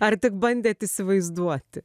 ar tik bandėt įsivaizduoti